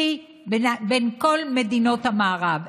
שיא בין כל מדינות המערב.